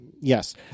Yes